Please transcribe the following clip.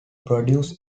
produce